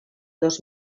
dos